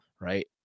right